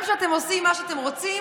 גם כשאתם עושים מה שאתם רוצים,